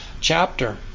chapter